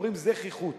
אומרים זְחיחות.